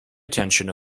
attention